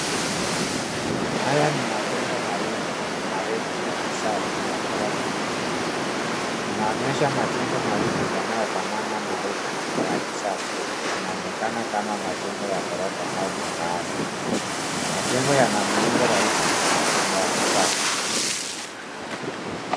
Haya ni majengo mawili marefu ya kisasa ya ghorofa. Inaonyesha majengo mawili yanayofanana marefu na ya kisasa. Yanaonekana kama majengo ya ghorofa au makaazi. Majengo yana muundo rahisi na wa kisasa.